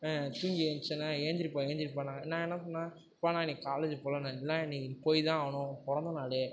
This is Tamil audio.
தூங்கி ஏந்ருச்சோன்ன எழுந்திரிப்பா எழுந்திரிப்பான்னாங்க நான் என்ன பண்ணிணேன் அப்பா நான் இன்றைக்கி காலேஜ் போகலை இல்லை இன்றைக்கி போய்தான் ஆகணும் பிறந்த நாள்